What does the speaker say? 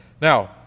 Now